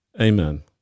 Amen